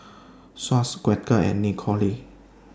Swatch Quaker and Nicorette